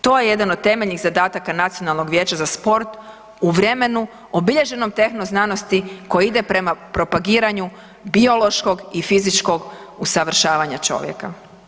To je jedan od temeljnih zadataka Nacionalnoga vijeća za sport u vremenu obilježenom tehno-znanosti koje ide prema propagiranju biološkog i fizičkog usavršavanja čovjeka.